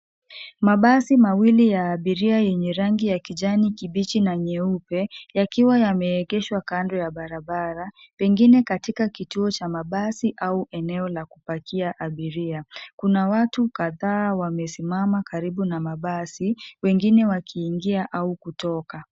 Mabasi mawili ya abiria yenye rangi ya kijani kibichi na nyeupe, yakiwa yameegeshwa kando ya barabara, pengine katika kituo cha mabasi au eneo la kupakia abiria. Kuna watu kadhaa wamesimama karibu na mabasi, wengine wakiingia au kutoka.